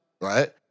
right